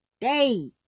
day